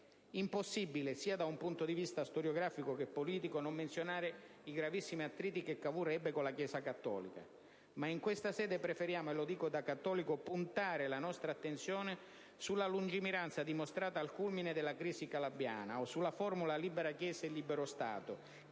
Impossibile, sia da un punto di vista storiografico che politico, non menzionare i gravissimi attriti che Cavour ebbe con la Chiesa cattolica. Ma in questa sede preferiamo, e lo dico da cattolico, puntare la nostra attenzione sulla lungimiranza dimostrata al culmine della «crisi Calabiana» o sulla formula «libera Chiesa, in libero Stato»